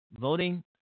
voting